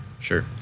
sure